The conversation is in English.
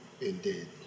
indeed